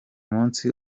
munsi